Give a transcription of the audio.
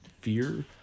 fear